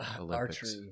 Archery